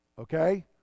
Okay